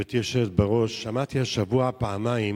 גברתי היושבת בראש, שמעתי השבוע פעמיים